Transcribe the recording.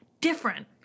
different